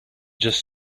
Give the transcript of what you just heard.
just